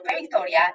Victoria